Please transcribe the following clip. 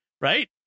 Right